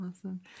Awesome